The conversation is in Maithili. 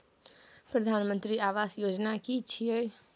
प्रधानमंत्री आवास योजना कि छिए?